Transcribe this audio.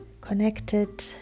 connected